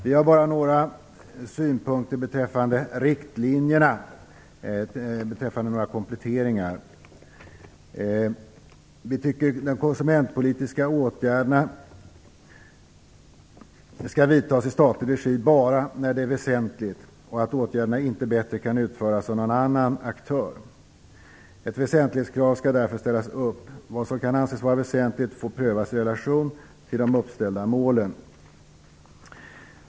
Vi har bara några synpunkter beträffande riktlinjerna i fråga om några kompletteringar. Vi tycker att de konsumentpolitiska åtgärderna bara skall vidtas i statlig regi när detta är väsentligt och bara när åtgärderna inte kan utföras bättre av någon annan aktör. Ett väsentlighetskrav skall därför ställas upp. Vad som kan anses vara väsentligt får prövas i relation till de uppställda målen.